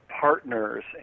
partners